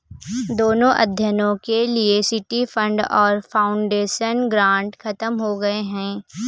दोनों अध्ययनों के लिए सिटी फंड और फाउंडेशन ग्रांट खत्म हो गए हैं